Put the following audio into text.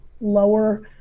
lower